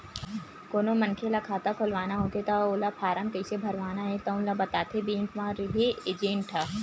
कोनो मनखे ल खाता खोलवाना होथे त ओला फारम कइसे भरना हे तउन ल बताथे बेंक म रेहे एजेंट ह